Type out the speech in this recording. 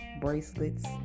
bracelets